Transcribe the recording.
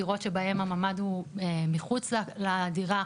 דירות שבהן הממ"ד הוא מחוץ לדירה,